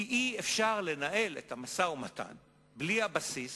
כי אי-אפשר לנהל את המשא-ומתן בלי הבסיס